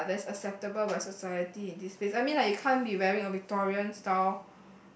ya that's acceptable by society in this phase I mean like you can't be like wearing a Victorian style